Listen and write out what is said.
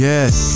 Yes